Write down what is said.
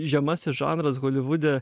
žemasis žanras holivude